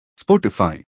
Spotify